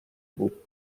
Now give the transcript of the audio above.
بود